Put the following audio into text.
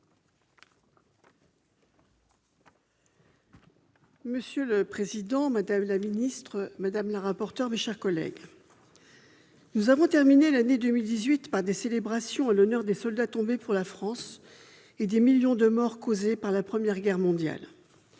Monsieur le président, madame la secrétaire d'État, madame la rapporteure, mes chers collègues, nous avons terminé l'année 2018 par des célébrations en l'honneur des soldats tombés pour la France et des millions de morts causés par la Première Guerre mondiale.